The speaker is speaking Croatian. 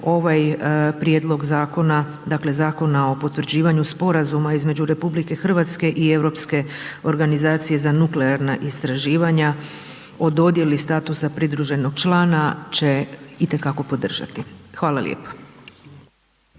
ovaj prijedlog zakona dakle Zakona o potvrđivanju sporazuma između RH i Europske organizacije za nuklearna istraživanja o dodjeli statusa pridruženog člana će itekako podržati, hvala lijepa.